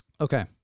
Okay